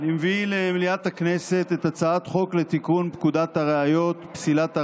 אני מביא למליאת הכנסת את הצעת חוק לתיקון פקודת הראיות (פסילת ראיה),